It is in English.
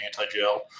anti-gel